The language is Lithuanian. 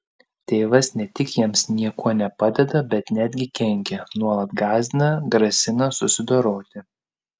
tėvas ne tik jiems niekuo nepadeda bet netgi kenkia nuolat gąsdina grasina susidoroti